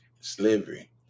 slavery